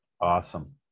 awesome